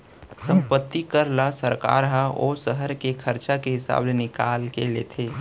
संपत्ति कर ल सरकार ह ओ सहर के खरचा के हिसाब ले निकाल के लेथे